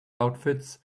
outfits